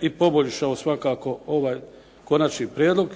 i poboljšao svakako ovaj konačni prijedlog.